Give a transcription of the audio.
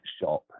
shop